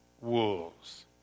wolves